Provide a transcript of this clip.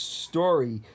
story